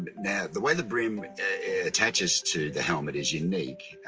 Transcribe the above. now, the way the brim attaches to the helmet is unique,